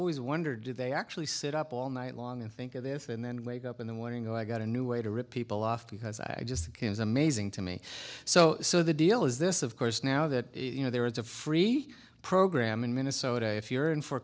always wonder did they actually sit up all night long and think of this and then wake up in the morning and i got a new way to rip people off because i just amazing to me so so the deal is this of course now that you know there is a free program in minnesota if you're in for